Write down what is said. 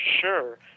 sure